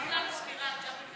תני לנו סקירה על ג'בהת א-נוסרה.